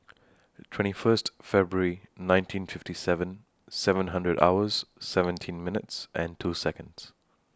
twenty First February nineteen fifty seven seven hundred hours seventeen minutes and two Seconds